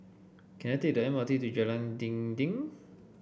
can I take the M R T to Jalan Dinding